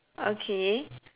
okay